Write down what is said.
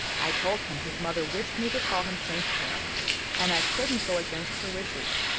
i told him his mother wished me to call him st. clair and i couldn't go against her wishes.